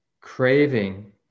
craving